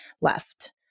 left